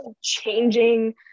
changing